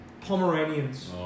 Pomeranians